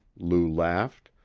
lou laughed,